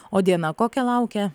o diena kokia laukia